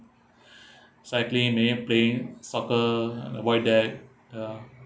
cycling maybe playing soccer out there ya